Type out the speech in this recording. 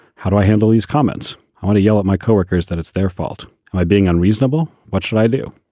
how do i handle these comments? i want to yell at my co-workers that it's their fault. am i being unreasonable? what should i do?